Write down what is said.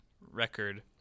record